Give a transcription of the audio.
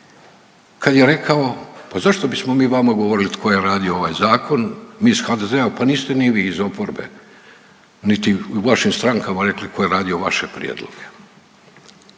kad je rekao pa zašto bismo mi vama govorili tko je radio ovaj zakon mi iz HDZ-a, pa niste ni vi iz oporbe, niti u vašim strankama rekli tko je radio vaše prijedloge.